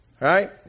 Right